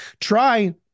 Try